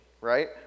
right